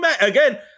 Again